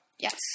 Yes